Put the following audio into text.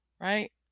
Right